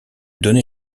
donner